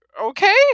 Okay